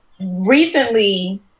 recently